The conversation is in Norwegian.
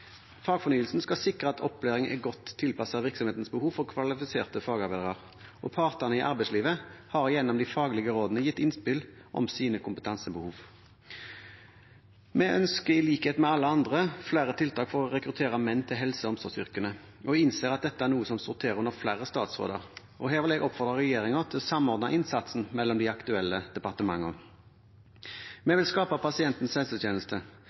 Fagfornyelsen skal sikre at opplæringen er godt tilpasset virksomhetenes behov for kvalifiserte fagarbeidere. Partene i arbeidslivet har gjennom de faglige rådene gitt innspill om sine kompetansebehov. Vi ønsker, i likhet med alle andre, flere tiltak for å rekruttere menn til helse- og omsorgsyrkene, og innser at dette er noe som sorterer under flere statsråder. Her vil jeg oppfordre regjeringen til å samordne innsatsen mellom de aktuelle departementene. Vi vil skape pasientens helsetjeneste.